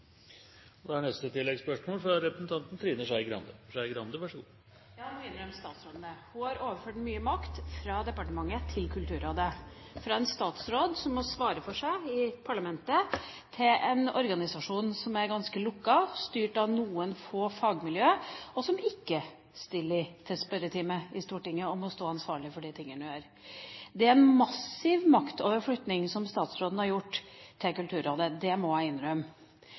Ja, nå innrømmer statsråden det. Hun har overført mye makt fra departementet til Kulturrådet, fra en statsråd som må svare for seg i parlamentet, til en organisasjon som er ganske lukket, som er styrt av noen få fagmiljøer, som ikke stiller til spørretime i Stortinget og må stå ansvarlig for de tingene de gjør. Det er en massiv maktoverflytting som statsråden har gjort til Kulturrådet, det må